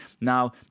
now